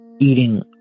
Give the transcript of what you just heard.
eating